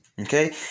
Okay